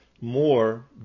more